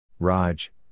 Raj